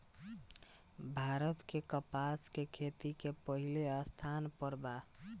भारत के कपास के खेती में पहिला स्थान पर बा